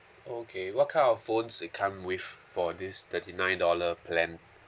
okay what kind of phones it come with for this thirty nine dollar plan